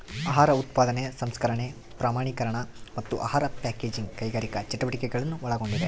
ಆಹಾರ ಉತ್ಪಾದನೆ ಸಂಸ್ಕರಣೆ ಪ್ರಮಾಣೀಕರಣ ಮತ್ತು ಆಹಾರ ಪ್ಯಾಕೇಜಿಂಗ್ ಕೈಗಾರಿಕಾ ಚಟುವಟಿಕೆಗಳನ್ನು ಒಳಗೊಂಡಿದೆ